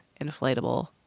inflatable